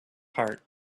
heart